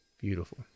Beautiful